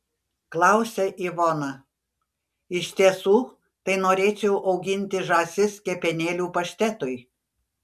klausia ivona iš tiesų tai norėčiau auginti žąsis kepenėlių paštetui